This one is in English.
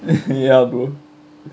ya bro